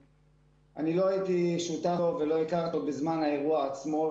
לא הייתי שותף ולא הכרתי אותו בזמן האירוע עצמו,